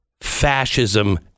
fascism